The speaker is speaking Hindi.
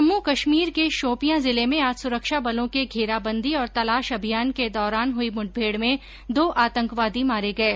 जम्मू कश्मीर के शोपियां जिले मे आज सुरक्षाबलों के घेराबंदी और तलाश अभियान के दौरान हुई मुठमेड़ में दो आतंकवादी मारे गये